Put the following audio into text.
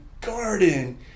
garden